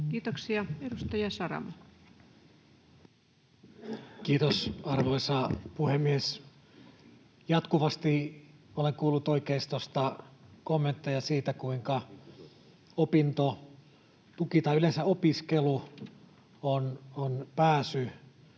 Kiitoksia. — Edustaja Saramo. Kiitos, arvoisa puhemies! Jatkuvasti olen kuullut oikeistosta kommentteja siitä, kuinka opiskelu on pääsy